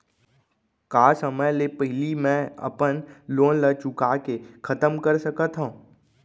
का समय ले पहिली में अपन लोन ला चुका के खतम कर सकत हव?